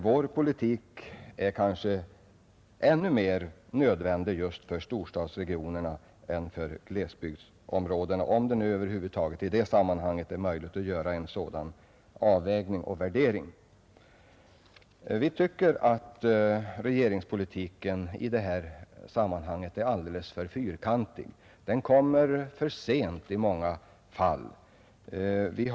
Vår politik är kanske ännu mer nödvändig just för storstadsregionerna än för glesbygdsområdena, om det nu över huvud taget i det sammanhanget är möjligt att göra en sådan avvägning och värdering. Vi anser att regeringens politik är alldeles för fyrkantig. Åtgärderna kommer i många fall för sent.